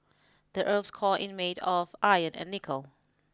the earth's core in made of iron and nickel